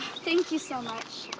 thank you so much.